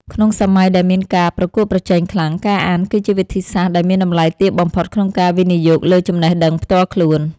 ក្នុងសម័យដែលមានការប្រកួតប្រជែងខ្លាំង ការអានគឺជាវិធីសាស្ត្រដែលមានតម្លៃទាបបំផុតក្នុងការវិនិយោគលើចំណេះដឹងផ្ទាល់ខ្លួន។